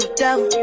devil